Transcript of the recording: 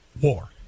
war